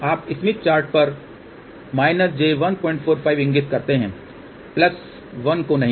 आप Smith chart पर j145 इगिंत करते हैं प्लस 1 को नही